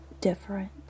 different